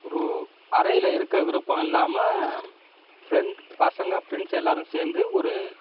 ரூ அறையில் இருக்க விருப்பம் இல்லாமல் ஃப்ரெண்ட் பசங்கள் ஃப்ரெண்ட்ஸ் எல்லோரும் சேர்ந்து ஒரு